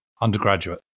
undergraduate